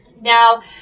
Now